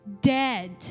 dead